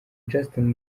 justin